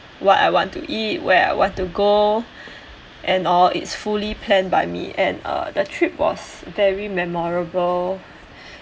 what I want to eat where I want to go and all it's fully panned by me and the trip was very memorable